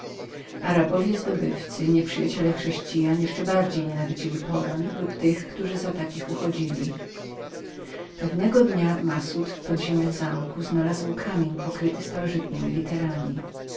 arabowie zdobywcy nieprzyjaciele chrześcijan jeszcze bardziej nienawidzili pogan lub tych którzy za takich uchodzili pewnego dnia massud w podziemiach chataczu znalazł kamień pokryty starożytnemi